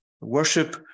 Worship